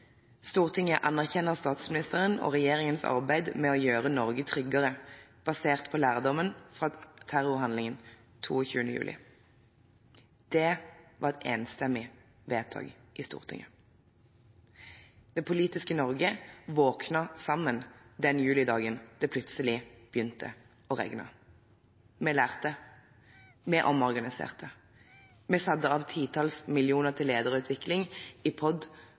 Stortinget anerkjenner statsministerens beklagelse og regjeringens arbeid med å gjøre Norge tryggere, basert på lærdommene fra terrorhandlingene 22. juli 2011.» Det var et enstemmig vedtak i Stortinget. Det politiske Norge våknet sammen den julidagen det plutselig begynte å regne. Vi lærte, vi omorganiserte, vi satte av titalls millioner til lederutvikling i POD